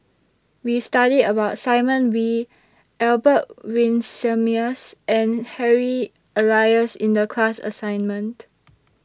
We studied about Simon Wee Albert Winsemius and Harry Elias in The class assignment